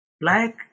Black